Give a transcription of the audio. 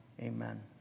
amen